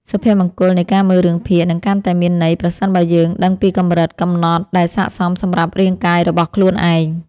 សុភមង្គលនៃការមើលរឿងភាគនឹងកាន់តែមានន័យប្រសិនបើយើងដឹងពីកម្រិតកំណត់ដែលស័ក្តិសមសម្រាប់រាងកាយរបស់ខ្លួនឯង។